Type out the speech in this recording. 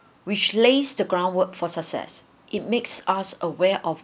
which lays the groundwork for success it makes us aware of